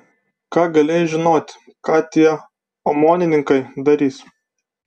ką galėjai žinoti ką tie omonininkai darys